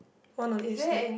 one on each side